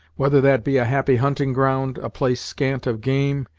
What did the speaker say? whether that be a happy hunting ground, a place scant of game,